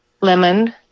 lemon